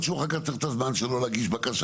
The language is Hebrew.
שהוא רק היה צריך את הזמן שלו להגיש בקשה.